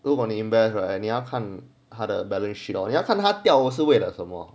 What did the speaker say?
如果你 invest right 你要看他的 balance sheet or 你要看他掉我是为了什么